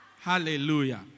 Hallelujah